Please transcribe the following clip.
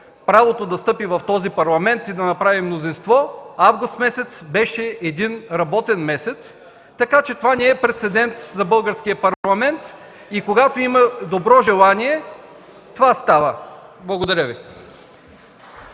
правото да стъпи в този Парламент и да направи мнозинство, август месец беше един работен месец, така че това не е прецедент за Българския парламент. Когато има добро желание – това става. Благодаря Ви.